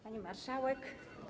Pani Marszałek!